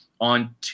on